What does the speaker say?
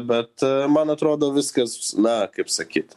bet man atrodo viskas na kaip sakyt